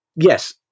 yes